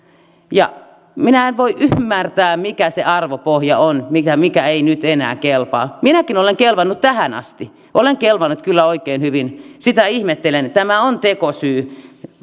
minä en voi ymmärtää mikä se arvopohja on mikä ei nyt enää kelpaa minäkin olen kelvannut tähän asti olen kelvannut kyllä oikein hyvin sitä ihmettelen tämä on tekosyy